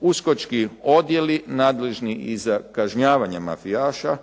Uskočki odjeli nadležni i za kažnjavanje mafijaša